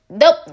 nope